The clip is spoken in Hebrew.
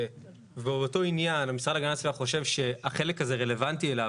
ואותו עניין המשרד להגנת הסביבה חושב שהחלק הזה רלוונטי אליו,